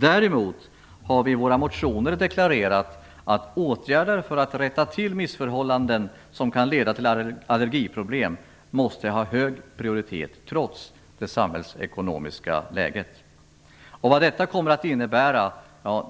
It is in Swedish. Däremot har vi i våra motioner deklarerat att åtgärder för att rätta till missförhållanden som kan leda till allergiproblem måste ha hög prioritet trots det samhällsekonomiska läget. Vad detta kommer att innebära